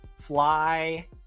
fly